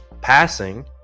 passing